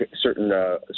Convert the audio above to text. certain